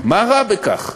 מה רע בכך?